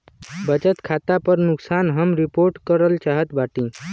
बचत खाता पर नुकसान हम रिपोर्ट करल चाहत बाटी